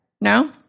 no